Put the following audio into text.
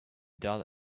done